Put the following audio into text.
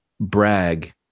brag